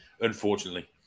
unfortunately